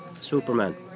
Superman